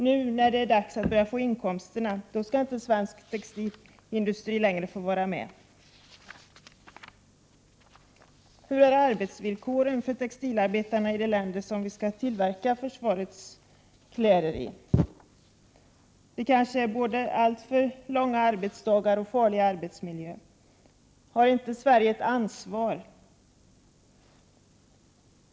Nu när det är dags att börja få inkomster, skall svensk textilindustri inte längre få vara med. Hur är arbetsvillkoren för textilarbetarna i de länder som vi skall tillverka försvarets kläder i? Det är kanske både alltför långa arbetsdagar och farliga arbetsmiljöer. Har inte Sverige ett ansvar?